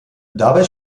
dabei